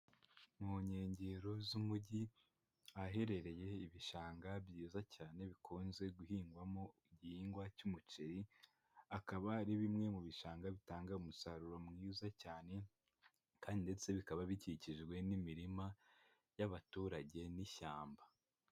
Mu nkengero z'umujyi ahaherereye ibishanga byiza cyane bikunze guhingwamo igihingwa cy'umuceri, akaba ari bimwe mu bishanga bitanga umusaruro mwiza cyane kandi ndetse bikaba bikikijwe n'imirima y'abaturage n'ishyamba.